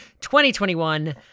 2021